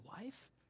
wife